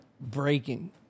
breaking